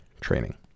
training